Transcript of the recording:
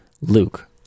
Luke